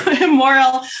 immoral